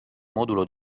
modulo